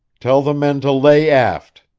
tell the men to lay aft.